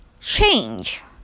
change